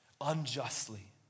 unjustly